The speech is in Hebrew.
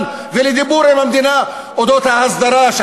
ולדיבור עם המדינה על אודות ההסדרה.